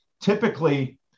Typically